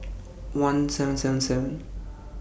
one seven seven seven